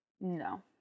No